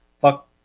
fuck